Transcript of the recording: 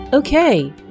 Okay